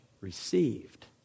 received